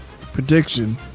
prediction